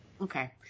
Okay